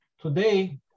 today